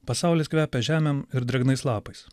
pasaulis kvepia žemėm ir drėgnais lapais